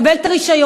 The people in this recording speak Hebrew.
מקבל את הרישיון,